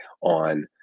on